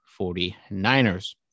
49ers